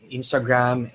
Instagram